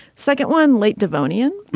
second one, late devonian.